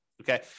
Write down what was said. okay